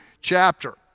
chapter